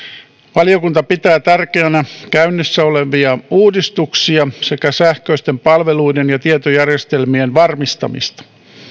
valiokunta pitää tärkeänä käynnissä olevia uudistuksia sekä sähköisten palveluiden ja tietojärjestelmien varmistamista